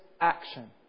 action